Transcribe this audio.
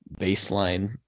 baseline